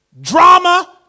Drama